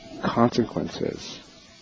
consequences